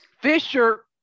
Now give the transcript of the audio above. Fisher